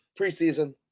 preseason